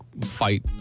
fight